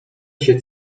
się